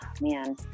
man